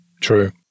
True